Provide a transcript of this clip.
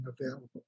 available